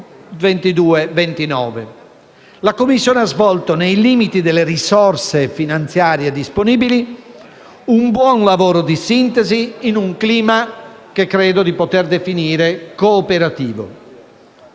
2229. La Commissione ha svolto, nei limiti delle risorse finanziarie disponibili, un buon lavoro di sintesi, in un clima che credo di poter definire cooperativo.